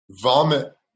vomit